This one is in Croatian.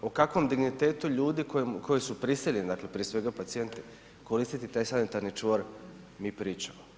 O kakvom dignitetu ljudi koji su prisiljeni, dakle prije svega pacijenti koristi taj sanitarni čvor mi pričamo?